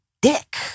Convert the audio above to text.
dick